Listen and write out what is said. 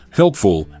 helpful